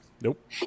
nope